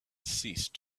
ceased